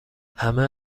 همه